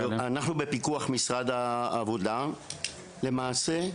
אנחנו בפיקוח משרד העבודה, למעשה,